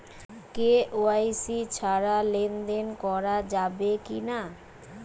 KYC ছাড়া লেনদেন করা যাবে কিনা?